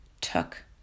Took